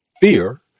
Fear